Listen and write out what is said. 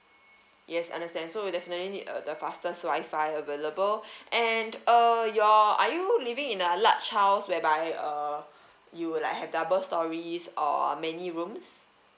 yes understand so definitely need uh the fastest wi-fi available and uh you're are you living in a large house whereby uh you would like have double stories or many rooms